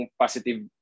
positive